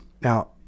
now